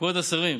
כבוד השרים,